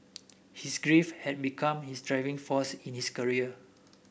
his grief had become his driving force in his career